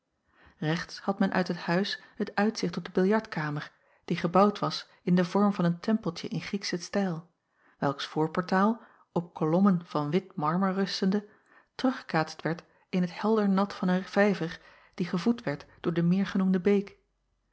rechts had men uit het huis het uitzicht op de biljartkamer die gebouwd was in den vorm van een tempeltje in griekschen stijl welks voorportaal op kolommen van wit marmer rustende teruggekaatst werd in het helder nat van een vijver die gevoed werd door de meergenoemde beek